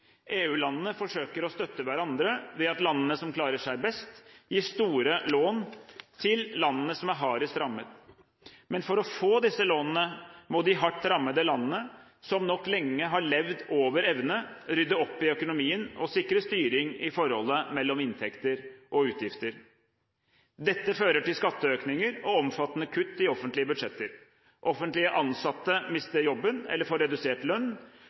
forsøker å støtte hverandre ved at landene som klarer seg best, gir store lån til landene som er hardest rammet. Men for å få disse lånene, må de hardt rammede landene, som nok lenge har levd over evne, rydde opp i økonomien og sikre styring i forholdet mellom inntekter og utgifter. Dette fører til skatteøkninger og omfattende kutt i offentlige budsjetter. Offentlig ansatte mister jobben eller får redusert lønn,